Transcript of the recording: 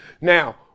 Now